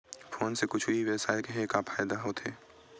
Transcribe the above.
Phone से कुछु ई व्यवसाय हे फ़ायदा होथे?